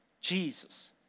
Jesus